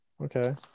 okay